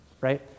Right